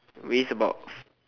weighs about